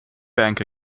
bank